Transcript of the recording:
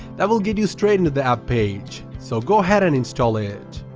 that will get you straight in the app page. so go ahead and install it.